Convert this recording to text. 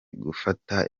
gufata